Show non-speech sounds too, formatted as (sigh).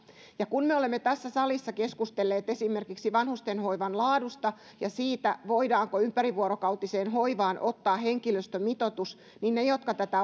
kun me olemme tässä salissa keskustelleet esimerkiksi vanhustenhoivan laadusta ja siitä voidaanko ympärivuorokautiseen hoivaan ottaa henkilöstömitoitus niin ne jotka tätä (unintelligible)